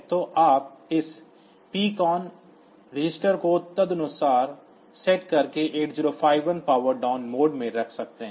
तो आप इस PCON बिट्स को तदनुसार सेट करके 8051 पावर डाउन मोड में रख सकते हैं